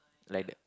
like the